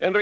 Man